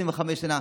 25 שנה,